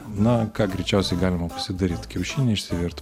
na ką greičiausiai galima pasidaryt kiaušinį išsivirt